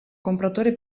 compratore